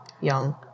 young